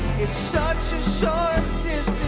it's such a sharp